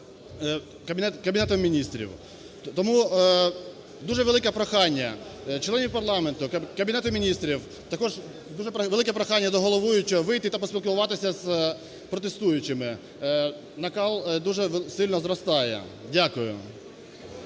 Кабінетом Міністрів. Тому дуже велике прохання членів парламенту, Кабінету Міністрів, також дуже велике прохання до головуючого вийти та поспілкуватися з протестуючими. Накал дуже сильно зростає. Дякую.